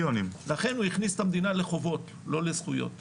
לכן הוא הכניס את המדינה לחובות, לא לזכויות.